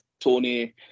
Tony